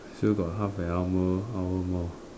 still got half an hour more hour more